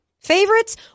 favorites